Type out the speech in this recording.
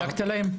חילקת להם?